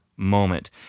moment